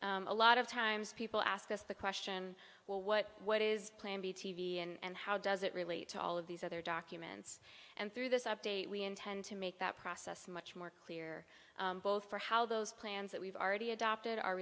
plans a lot of times people ask us the question well what what is plan b t v and how does it relate to all of these other documents and through this update we intend to make that process much more clear both for how those plans that we've already adopted are